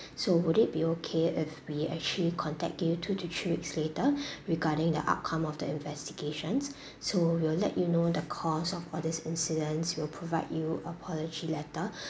so would it be okay if we actually contact you two to three weeks later regarding the outcome of the investigations so we'll let you know the cause of all this incidents we'll provide you apology letter